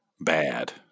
Bad